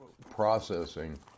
processing